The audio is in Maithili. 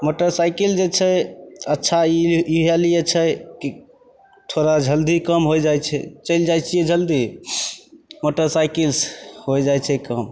मोटरसाइकिल जे छै अच्छा ई इएह लिए छै कि थोड़ा जल्दी काम होइ जाइ छै चलि जाइ छिए जल्दी मोटरसाइकिलसे होइ जाइ छै काम